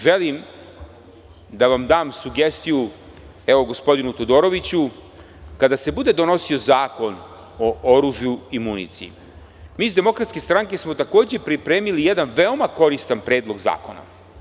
Želim da vam dam sugestiju, gospodinu Todoroviću, kada se bude donosio zakon ooružju i municiji, mi iz DS smo takođe pripremili jedan veoma koristan predlog zakona.